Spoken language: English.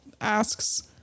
asks